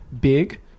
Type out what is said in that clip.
big